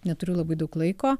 neturiu labai daug laiko